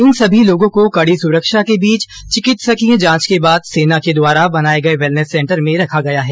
इन सभी लोगों को कड़ी सुरक्षा के बीच चिकित्सकीय जांच के बाद सेना के द्वारा बनाए गए वेलनेस सेंटर में रखा गया है